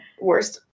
worst